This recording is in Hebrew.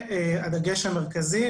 הדגש המרכזי,